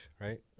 right